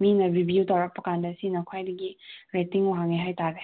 ꯃꯤꯅ ꯔꯤꯚ꯭ꯌꯨ ꯇꯧꯔꯛꯄꯀꯥꯟꯗ ꯁꯤꯅ ꯈ꯭ꯋꯥꯏꯗꯒꯤ ꯔꯦꯇꯤꯡ ꯋꯥꯡꯉꯦ ꯍꯥꯏ ꯇꯥꯔꯦ